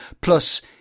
Plus